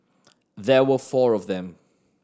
there were four of them